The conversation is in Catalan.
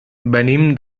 venim